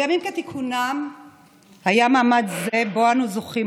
בימים כתיקונם היה מעמד זה שבו אנו זוכים,